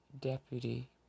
Deputy